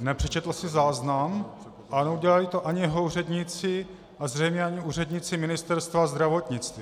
nepřečetl si záznam a neudělali to ani jeho úředníci a zřejmě ani úředníci ministerstva zdravotnictví.